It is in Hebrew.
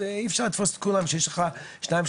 אי אפשר לתפוס את כולם כשיש לך שניים,